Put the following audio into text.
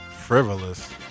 Frivolous